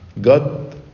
God